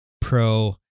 pro